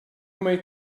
may